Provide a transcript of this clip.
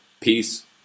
Peace